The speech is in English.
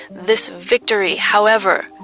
this victory, however,